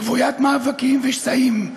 רוויית מאבקים ושסעים,